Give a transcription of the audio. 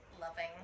loving